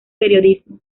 periodismo